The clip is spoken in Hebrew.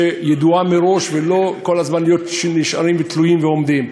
ידועה מראש, ולא כל הזמן להישאר תלויים ועומדים.